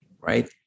right